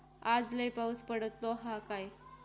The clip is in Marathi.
आज लय पाऊस पडतलो हा काय?